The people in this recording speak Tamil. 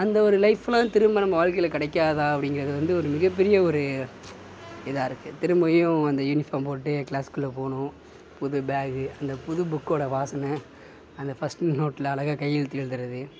அந்த ஒரு லைஃப்லாம் திரும்ப நம்ம வாழ்கையில் கிடைக்காதா அப்படிங்கறது வந்து ஒரு மிகப்பெரிய ஒரு இதாக இருக்கு திரும்பையும் அந்த யூனிஃபார்ம் போட்டு க்ளாஸ்க்குள்ளே போகணும் புது பேக்கு அந்த புது புக்கோட வாசனை அந்த ஃபர்ஸ்ட்டு நோடில் அழகாக கையெழுத்து எழுதுறது